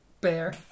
Bear